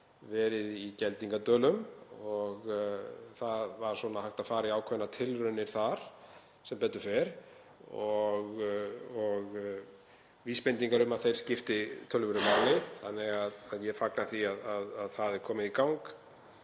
verið í Geldingadölum, og það var hægt að fara í ákveðnar tilraunir þar sem betur fer og vísbendingar um að þeir skipti töluverðu máli. Þannig að ég fagna því að það sé komið í gang.